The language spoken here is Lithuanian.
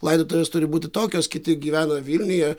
laidotuvės turi būti tokios kiti gyvena vilniuje